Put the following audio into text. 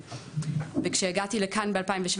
כשהגעתי לכאן ב-2017,